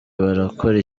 barakora